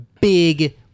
Big